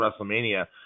WrestleMania